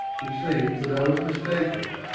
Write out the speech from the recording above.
it seems that i was mistaken.